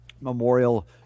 memorial